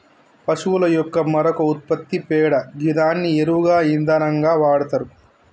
పశువుల యొక్క మరొక ఉత్పత్తి పేడ గిదాన్ని ఎరువుగా ఇంధనంగా వాడతరు